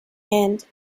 and